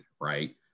right